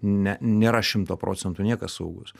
ne nėra šimto procentų niekas saugus